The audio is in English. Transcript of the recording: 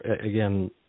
again